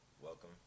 welcome